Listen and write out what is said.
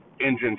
engine